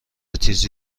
تیزی